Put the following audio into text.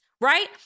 right